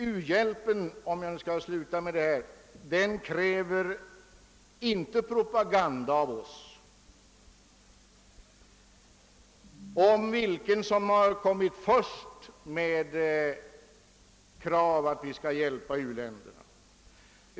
I fråga om u-hjälpen krävs av oss inte propaganda om vilken som har kommit först med krav om att vi skall hjälpa u-länderna.